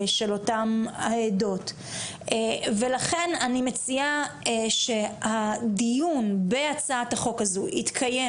של אותם העדות ולכן אני מציעה שהדיון בהצעת החוק הזו יתקיים